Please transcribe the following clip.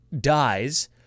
dies